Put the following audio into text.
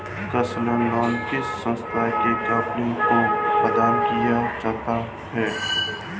concessional loan किसी संस्था के कर्मियों को प्रदान किया जाता है